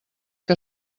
que